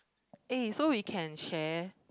eh so we can share